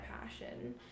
passion